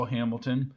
Hamilton